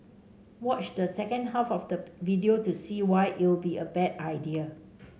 watch the second half of the video to see why it'll be a bad idea